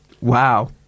wow